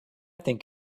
think